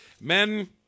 Men